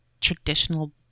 traditional